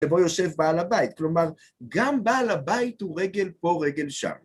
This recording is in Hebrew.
ובו יושב בעל הבית, כלומר, גם בעל הבית הוא רגל פה, רגל שם.